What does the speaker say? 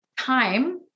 time